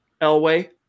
Elway